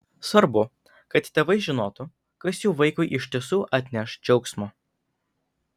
svarbu kad tėvai žinotų kas jų vaikui iš tiesų atneš džiaugsmo